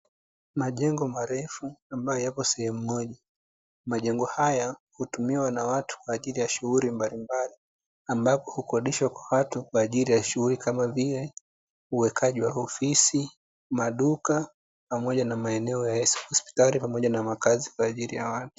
Majengo marefu amabyo yapo sehemu moja, majengo haya hutumiwa na watu kwa ajili ya shughuli mbalimbali, ambapo hukodishwa kwa watu kwa ajili ya shughuli kama vile; uwekaji wa ofisi, maduka pamoja na maeneo ya hospitali pamoja na makazi kwa ajili ya watu.